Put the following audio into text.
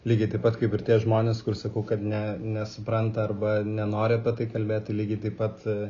lygiai taip pat kaip ir tie žmonės kur sakau kad ne nesupranta arba nenori apie tai kalbėti lygiai taip pat